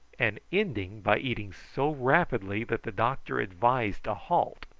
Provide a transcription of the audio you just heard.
and ending by eating so rapidly that the doctor advised a halt.